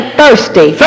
thirsty